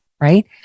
right